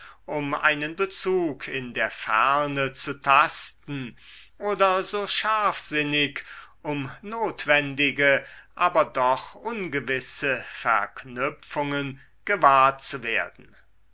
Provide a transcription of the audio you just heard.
um einen bezug in der ferne zu tasten oder so scharfsinnig um notwendige aber doch ungewisse verknüpfungen gewahr zu werden